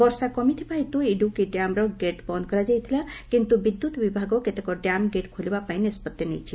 ବର୍ଷା କମିଥିବା ହେତୁ ଇଡୁକି ଡ୍ୟାମ୍ର ଗେଟ୍ ବନ୍ଦ କରାଯାଇଥିଲା କିନ୍ତୁ ବିଦ୍ୟୁତ୍ ବିଭାଗ କେତେକ ଡ୍ୟାମ୍ ଗେଟ୍ ଖୋଲିବାପାଇଁ ନିଷ୍ପଭି ନେଇଛି